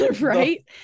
right